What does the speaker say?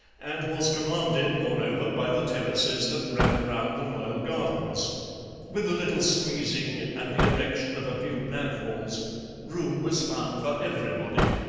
and was commanded, moreover, by the terraces that ran round the royal gardens with a little squeezing and the erection of a few platforms room was found for everybody.